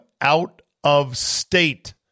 out-of-state